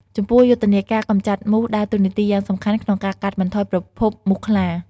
ចំពោះ យុទ្ធនាការកម្ចាត់មូសដើរតួនាទីយ៉ាងសំខាន់ក្នុងការកាត់បន្ថយប្រភពមូសខ្លា។